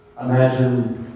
imagine